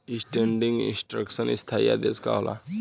Standing instruction स्थाई आदेश का होला?